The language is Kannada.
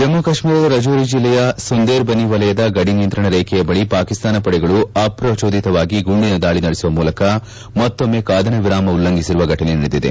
ಜಮ್ನು ಕಾಶ್ನೀರದ ರಜೋರಿ ಜೆಲ್ಲೆಯ ಸುಂದೇರ್ ಬನಿ ವಲಯದ ಗಡಿನಿಯಂತ್ರಣ ರೇಖೆಯ ಬಳಿ ಪಾಕಿಸ್ನಾನ ಪಡೆಗಳು ಅಪ್ರಜೋದಿತವಾಗಿ ಗುಂಡಿನ ದಾಳಿ ನಡೆಸುವ ಮೂಲಕ ಮತ್ತೊಮ್ನೆ ಕದನ ವಿರಾಮ ಉಲ್ಲಂಘಿಸಿರುವ ಘಟನೆ ನಡೆದಿದೆ